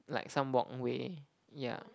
like some walkway yeah